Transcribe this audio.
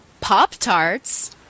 Pop-Tarts